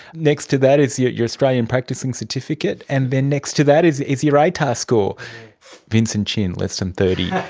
next to that is your your australian practicing certificate, and then next to that is is your atar score vincent shin, less than thirty.